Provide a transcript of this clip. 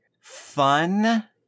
fun